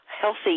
healthy